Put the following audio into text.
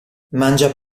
mangia